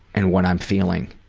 and what i'm feeling,